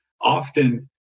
Often